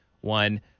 one